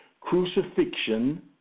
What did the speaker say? crucifixion